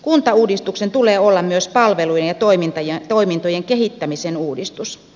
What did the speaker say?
kuntauudistuksen tulee olla myös palvelujen ja toimintojen kehittämisen uudistus